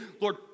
Lord